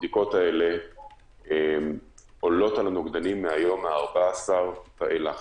הבדיקות האלה עולות על הנוגדנים מהיום ה-14 ואילך.